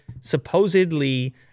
supposedly